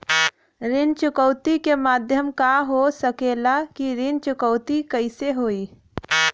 ऋण चुकौती के माध्यम का हो सकेला कि ऋण चुकौती कईसे होई?